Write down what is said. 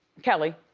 kelly,